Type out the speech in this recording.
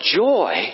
joy